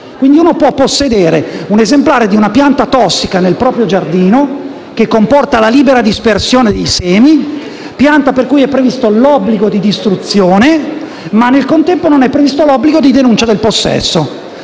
Quindi, uno può possedere un esemplare di pianta tossica nel proprio giardino, che comporta la libera dispersione dei semi, per cui è previsto l'obbligo di distruzione, ma nel contempo non è previsto l'obbligo di denuncia del possesso.